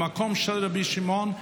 במקום של רבי שמעון,